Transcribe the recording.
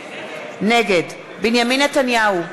נגד בנימין נתניהו,